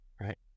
right